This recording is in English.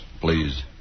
please